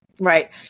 Right